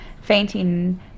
fainting